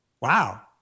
Wow